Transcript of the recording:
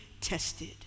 tested